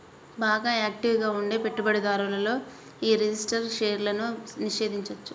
బాగా యాక్టివ్ గా ఉండే పెట్టుబడిదారులతో యీ రిజిస్టర్డ్ షేర్లను నిషేధించొచ్చు